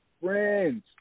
Friends